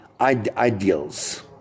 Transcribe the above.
ideals